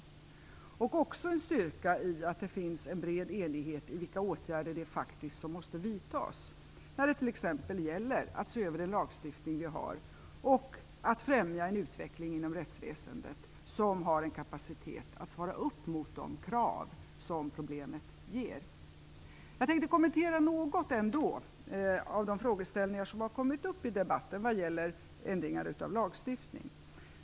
Det är också en styrka i att det finns en bred enighet vad beträffar vilka åtgärder som faktiskt måste vidtas när det t.ex. gäller att se över den lagstiftning vi har och att främja en utveckling inom rättsväsendet som har en kapacitet att svara upp mot de krav som problemet ställer. Jag tänkte ändå kommentera några av de frågeställningar som har kommit upp i debatten vad gäller ändringar av lagstiftning.